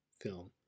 film